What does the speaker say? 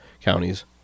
counties